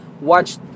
watch